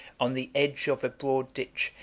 on the edge of a broad ditch,